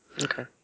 Okay